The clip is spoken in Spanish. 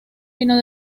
vino